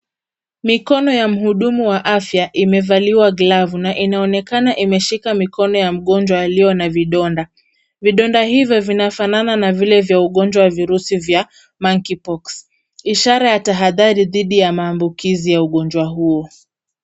Mikono ya muhudumu wa afya imevaliwa glavu na inaonekana imeshika mikono ya mgojwa aliyo na vidonda. Vidonda hivo vinafanana na vile vya ugonjwa wa virusi vya monkey pox , ishara ya tahadhali dhidi ya maambukiizi wa ugonjwa huo.